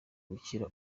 gukira